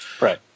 Right